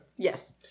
Yes